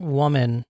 woman